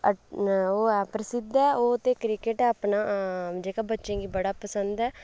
ओह् ऐ प्रसिद्ध ऐ ओह् ते क्रिकेट ऐ अपना जेह्का बच्चें गी बड़ा पसंद ऐ